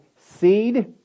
seed